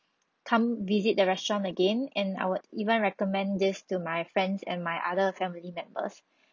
come visit the restaurant again and I will even recommend this to my friends and my other family members